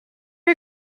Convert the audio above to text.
you